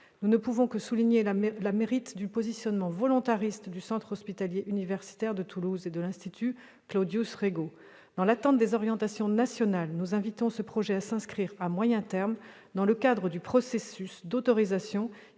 Nous ne pouvons que souligner le mérite du positionnement volontariste du centre hospitalier universitaire de Toulouse et de l'institut Claudius Regaud. Dans l'attente des orientations nationales, nous invitons ce projet à s'inscrire à moyen terme dans le cadre du processus d'autorisation